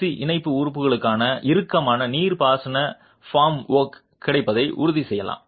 C இணைப்பு உறுப்புக்கான இறுக்கமான நீர்ப்பாசன ஃபார்ம்வொர்க் கிடைப்பதை உறுதி செய்யலாம்